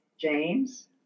James